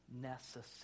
necessary